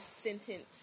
sentence